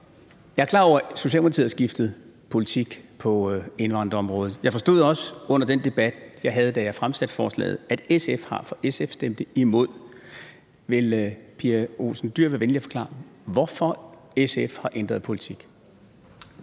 Jeg er klar over, at Socialdemokratiet har skiftet politik på indvandrerområdet, og jeg forstod også under den debat, vi havde, da jeg har fremsatte forslaget, at SF har ændret politik, for SF stemte imod. Vil fru Pia Olsen Dyhr være venlig at forklare, hvorfor SF har ændret politik?